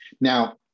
Now